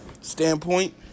standpoint